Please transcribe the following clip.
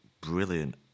brilliant